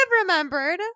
remembered